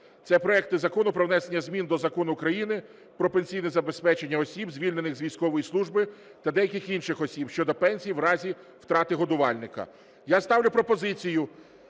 це проекти Закону про внесення змін до Закону України "Про пенсійне забезпечення осіб, звільнених з військової служби та деяких інших осіб" щодо пенсії в разі втрати годувальника. Я ставлю пропозицію